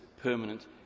permanent